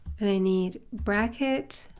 and i need bracket,